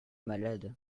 malade